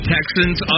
Texans